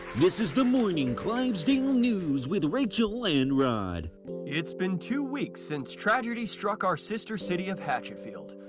this is the morning clivesdale news with rachel and rod it's been two weeks since tragedy struck our sister city of hatchetfield.